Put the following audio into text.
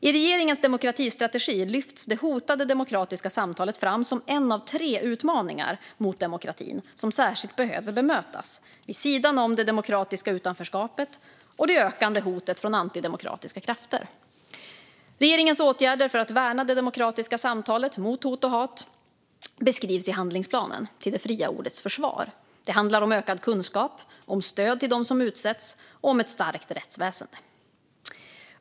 I regeringens demokratistrategi lyfts det hotade demokratiska samtalet fram som en av tre utmaningar mot demokratin som särskilt behöver bemötas, vid sidan om det demokratiska utanförskapet och det ökande hotet från antidemokratiska krafter. Regeringens åtgärder för att värna det demokratiska samtalet mot hot och hat beskrivs i handlingsplanen Till det fria ordets försvar. Det handlar om ökad kunskap, stöd till dem som utsätts och ett stärkt rättsväsen.